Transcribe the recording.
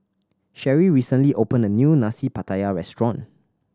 Cheri recently opened a new Nasi Pattaya restaurant